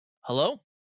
hello